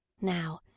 Now